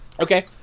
Okay